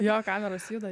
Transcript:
jo kameros juda